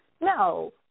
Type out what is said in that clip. No